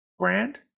brand